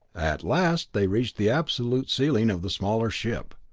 at last they reached the absolute ceiling of the smaller ship,